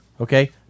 okay